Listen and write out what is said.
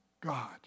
God